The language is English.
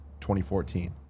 2014